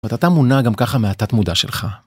ואתה מונע גם ככה המתת מודע שלך.